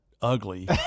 ugly